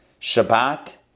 Shabbat